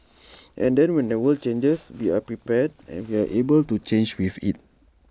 and then when the world changes we are prepared and we are able to change with IT